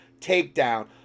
takedown